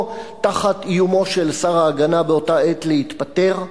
תחת איומו של שר ההגנה באותה עת להתפטר.